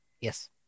Yes